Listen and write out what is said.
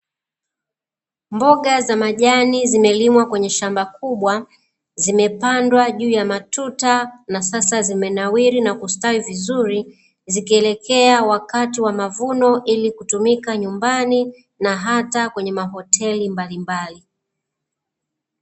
Mboga za majani zimelimwa kwenye shamba kubwa zimepandwa juu ya matuta, na sasa zimenawiri na kustawi vizuri zikielekea wakati wa mavuno ili kutumika nyumbani, na hata kwenye mahoteli mbalimbali.